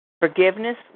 Forgiveness